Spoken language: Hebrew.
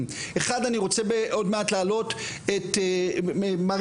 כוח האדם אני אפיץ לכם גם את המסמך של